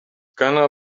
gonna